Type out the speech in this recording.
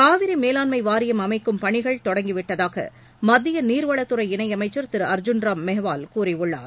காவிரி மேலாண்மை வாரியம் அமைக்கும் பணிகள் தொடங்கி விட்டதாக மத்திய நீர்வளத் துறை இணையமைச்சா் திரு அர்ஜுன்ராம் மெஹ்வால் கூறியுள்ளார்